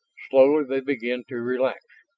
slowly, they began to relax.